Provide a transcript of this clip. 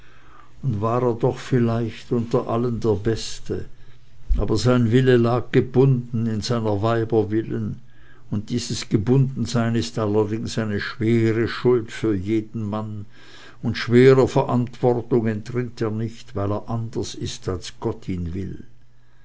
und war er doch vielleicht unter allen der beste aber sein wille lag gebunden in seiner weiber willen und dieses gebundensein ist allerdings eine schwere schuld für jeden mann und schwerer verantwortung entrinnt er nicht weil er anders ist als gott ihn will